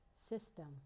system